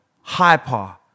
Hyper